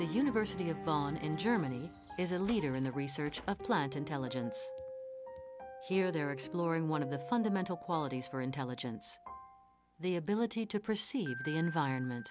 the university of bonn in germany is a leader in the research of plant intelligence here they're exploring one of the fundamental qualities for intelligence the ability to perceive the environment